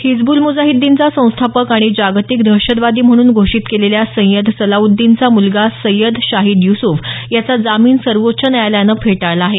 हिजबुल मुजाहिद्दीनचा संस्थापक आणि जागतिक दहशतवादी म्हणून घोषित केलेल्या सय्यद सलाउद्दीनचा मुलगा सय्यद शाहिद युसुफ याचा जामीन सर्वोच्व न्यायालयानं फेटाळला आहे